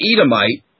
Edomite